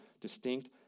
distinct